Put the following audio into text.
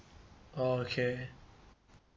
oh okay